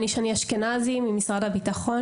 אני שני אשכנזי ממשרד הביטחון,